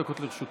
לרשותך.